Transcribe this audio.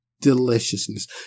deliciousness